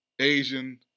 Asian